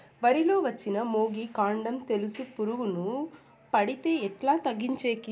వరి లో వచ్చిన మొగి, కాండం తెలుసు పురుగుకు పడితే ఎట్లా తగ్గించేకి?